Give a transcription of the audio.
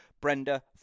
Brenda